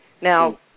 Now